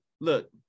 look